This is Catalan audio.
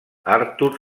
artur